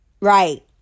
Right